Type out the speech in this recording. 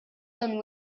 don